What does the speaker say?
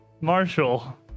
Marshall